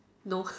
no